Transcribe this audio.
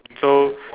so